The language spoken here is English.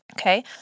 Okay